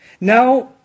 Now